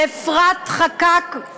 לאפרת חקאק,